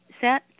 set